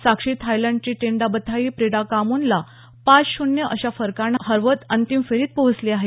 साक्षी थायलंडची टिंटाब्थाई प्रीडाकामोनला पाच श्न्य अशा फरकानं हरवत अंतिम फेरीत पोहचली आहे